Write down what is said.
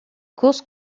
course